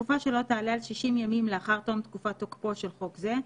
לתקופה שלא תעלה על 60 ימים לאחר תום תקופת תוקפו של חוק זה,